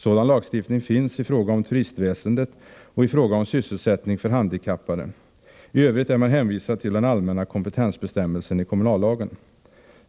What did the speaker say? Sådan lagstiftning finns i fråga om turistväsendet och i fråga om sysselsättning för handikappade. I övrigt är man hänvisad till den allmänna kompetensbestämmelsen i kommunallagen.